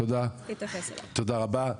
תודה רבה.